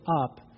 up